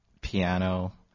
piano